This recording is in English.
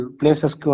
places